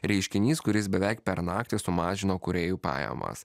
reiškinys kuris beveik per naktį sumažino kūrėjų pajamas